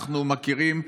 אנחנו מכירים רבנים,